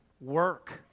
work